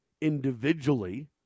individually